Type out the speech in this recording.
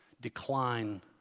decline